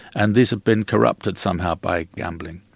and this has been corrupted somehow by gambling.